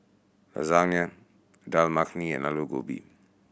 Lasagna Dal Makhani and Alu Gobi